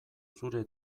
zure